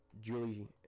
Julie